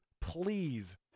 please